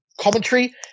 commentary